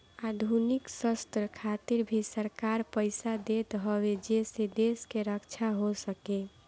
आधुनिक शस्त्र खातिर भी सरकार पईसा देत हवे जेसे देश के रक्षा हो सके